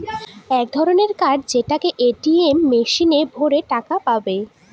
এক ধরনের কার্ড যেটাকে এ.টি.এম মেশিনে ভোরে টাকা পাবো